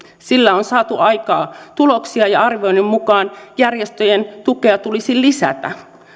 sillä on saatu aikaan tuloksia ja arvioinnin mukaan järjestöjen tukea tulisi lisätä